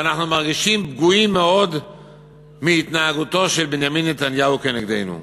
שאנחנו מרגישים פגועים מאוד מהתנהגותו של בנימין נתניהו כנגדנו.